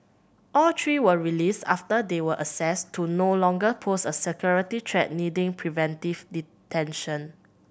all three were released after they were assessed to no longer pose a security threat needing preventive detention